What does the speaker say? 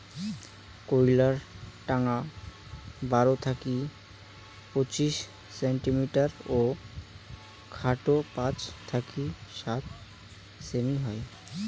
কইল্লার ঢাঙা বারো থাকি পঁচিশ সেন্টিমিটার ও খাটো পাঁচ থাকি সাত সেমি হই